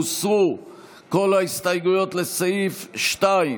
הוסרו כל ההסתייגויות לסעיף 2,